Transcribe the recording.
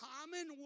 common